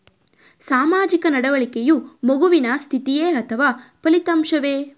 ಸಾಮಾಜಿಕ ನಡವಳಿಕೆಯು ಮಗುವಿನ ಸ್ಥಿತಿಯೇ ಅಥವಾ ಫಲಿತಾಂಶವೇ?